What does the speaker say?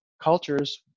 cultures